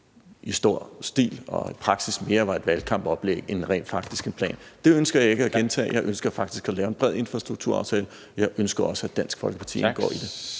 i stor stil og i praksis mere var et valgkampsoplæg end en faktisk plan. Det ønsker jeg ikke at gentage – jeg ønsker faktisk at lave en bred infrastrukturaftale, og jeg ønsker også, at Dansk Folkeparti indgår i den.